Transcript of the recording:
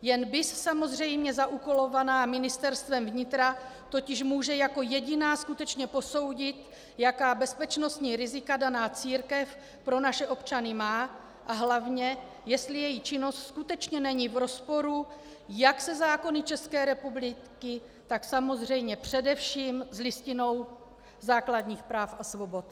Jen BIS samozřejmě zaúkolovaná Ministerstvem vnitra totiž může jako jediná skutečně posoudit, jaká bezpečnostní rizika daná církev pro naše občany má a hlavně jestli její činnost skutečně není v rozporu jak se zákony České republiky, tak samozřejmě především s Listinou základních práv a svobod.